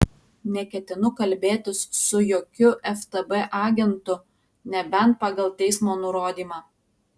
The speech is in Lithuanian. neketinu kalbėtis su jokiu ftb agentu nebent pagal teismo nurodymą